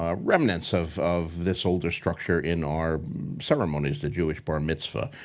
ah remnants of of this older structure in our ceremonies, the jewish bar mitzvah,